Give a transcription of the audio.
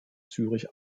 zürich